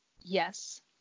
yes